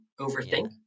overthink